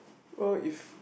well if